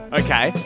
okay